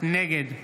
נגד אנא,